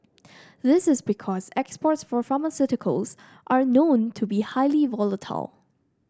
this is because exports for pharmaceuticals are known to be highly volatile